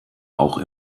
auch